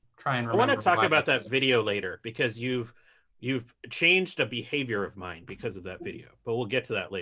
and but want to talk about that video later because you've you've changed a behavior of mine because of that video. but we'll get to that later.